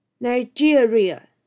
Nigeria